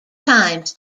times